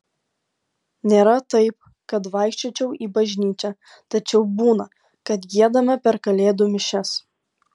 nėra taip kad vaikščiočiau į bažnyčią tačiau būna kad giedame per kalėdų mišias